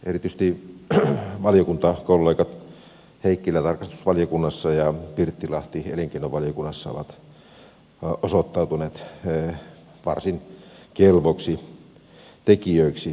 erityisesti valiokuntakollegat heikkilä tarkastusvaliokunnassa ja pirttilahti elinkeinovaliokunnassa ovat osoittautuneet varsin kelvoiksi tekijöiksi